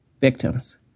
victims